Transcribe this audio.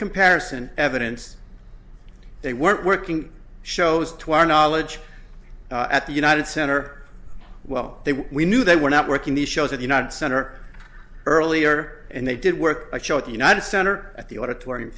comparison evidence they weren't working shows to our knowledge at the united center while they were we knew they were not working the shows at united center earlier and they did work a show at the united center at the auditorium